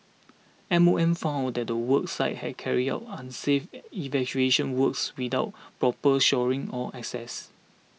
M O M found out that the work site had carried out unsafe excavation works without proper shoring or access